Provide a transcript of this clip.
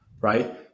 Right